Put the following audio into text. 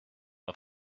auf